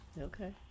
Okay